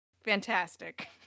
fantastic